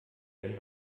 wenn